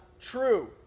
true